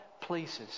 places